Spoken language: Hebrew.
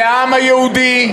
זה העם היהודי,